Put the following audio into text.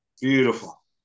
Beautiful